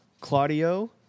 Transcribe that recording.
Claudio